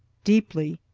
deeply,